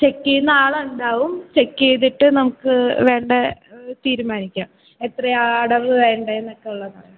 check ചെയ്യുന്ന ആൾ ഉണ്ടാവും ചെക്ക് ചെയ്തിട്ട് നമുക്ക് വേണ്ടത് തീരുമാനിക്കാം എത്രയാണ് അടവ് വേണ്ടതെന്നൊക്കെ ഉള്ളത് പറയാം